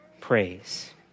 praise